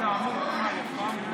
אתה כבר בקריאה ראשונה.